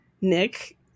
Nick